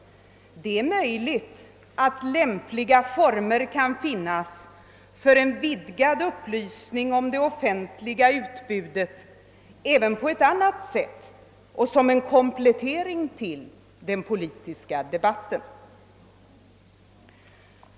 Det är möjligt att lämpliga former kan finnas för en vidgad upplysning om det offentliga utbudet även på ett annat sätt och som en komplettering till den politiska debatten.